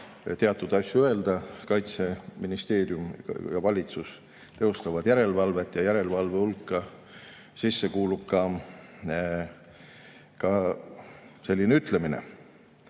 teatud asju öelda. Kaitseministeerium ja valitsus teostavad järelevalvet ja järelevalve hulka kuulub ka selline ütlemine